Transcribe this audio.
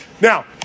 Now